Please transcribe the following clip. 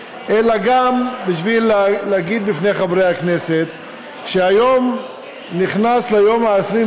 אלא גם בשביל להגיד לחברי הכנסת שהיום נכנס ליום ה-23